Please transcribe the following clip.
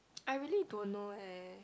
I really don't know leh